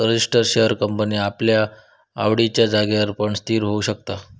register share company आपल्या आवडिच्या जागेर पण स्थिर होऊ शकता